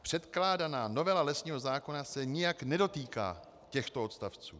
Předkládaná novela lesního zákona se nijak nedotýká těchto odstavců.